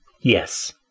Yes